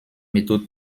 méthodes